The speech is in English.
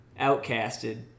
outcasted